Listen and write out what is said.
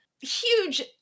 huge